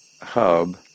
hub